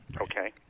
Okay